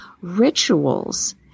rituals